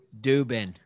dubin